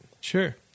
Sure